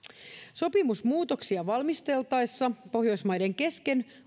sopimusmuutoksia valmisteltaessa pohjoismaiden kesken